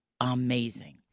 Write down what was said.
amazing